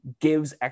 gives